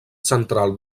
central